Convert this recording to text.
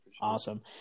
Awesome